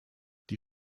die